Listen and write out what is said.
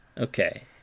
Okay